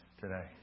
today